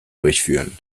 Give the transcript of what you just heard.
durchführen